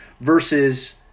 versus